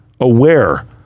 aware